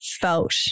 felt